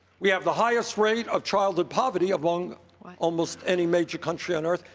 we have the highest rate of childhood poverty among almost any major country on earth.